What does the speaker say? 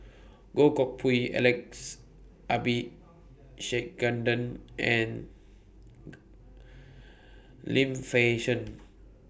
Goh Koh Pui Alex Abisheganaden and Lim Fei Shen